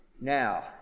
now